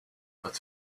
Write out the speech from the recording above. but